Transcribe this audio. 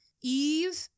Eve